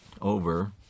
over